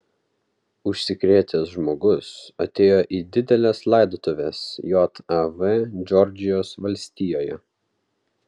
užsikrėtęs žmogus atėjo į dideles laidotuves jav džordžijos valstijoje